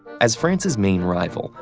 as france's main rival,